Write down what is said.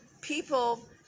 people